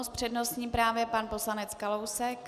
S přednostním právem pan poslanec Kalousek.